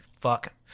fuck